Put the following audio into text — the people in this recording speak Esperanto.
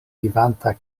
vivanta